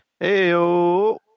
Heyo